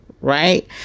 right